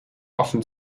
often